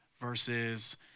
versus